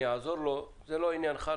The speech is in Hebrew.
אני אעזור לו" זה לא עניינך,